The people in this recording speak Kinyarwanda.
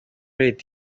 leta